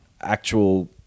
actual